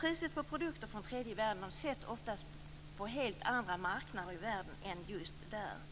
Priset på produkter från tredje världen sätts ofta på helt andra marknader än i ursprungslandet,